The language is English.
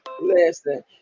Listen